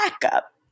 backup